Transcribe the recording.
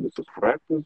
visus projektus